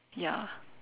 ya